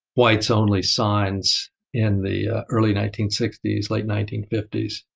whites only signs in the early nineteen sixty s, late nineteen fifty s.